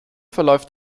verläuft